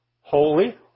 holy